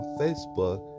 facebook